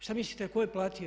Šta mislite tko je platio?